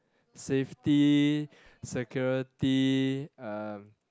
safety security uh